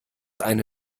eine